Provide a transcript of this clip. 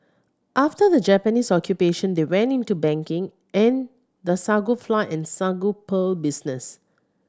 after the Japanese Occupation they went into banking and the sago flour and sago pearl business